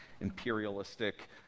imperialistic